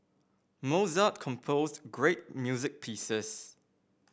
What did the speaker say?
Mozart composed great music pieces